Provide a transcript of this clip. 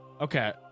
okay